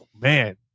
Man